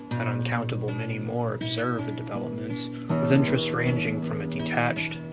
an uncountable many more observe the developments with interests ranging from a detached,